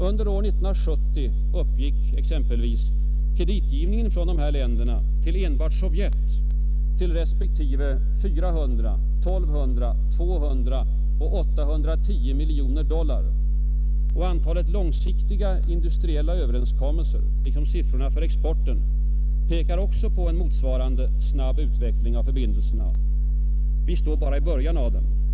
Under år 1970 uppgick exempelvis deras kreditgivning till enbart Sovjet till respektive 400, 1 200, 200 och 810 miljoner dollar och antalet långsiktiga industriella överenskommelser, liksom siffrorna för exporten, pekar på en motsvarande snabb utveckling av förbindelserna. Vi står bara i början av den.